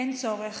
אין צורך.